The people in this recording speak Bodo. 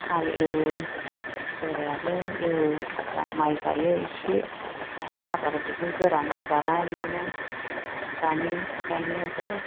हाल एवो बोरायाबो एवो जोंहा माइ गायो एसे आरो आबाद बिदिनो गोरान आबादा बिदिनो दानि गायनायावथ'